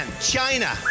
China